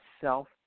self